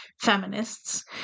feminists